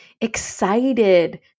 excited